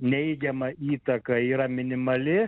neigiama įtaka yra minimali